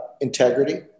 Integrity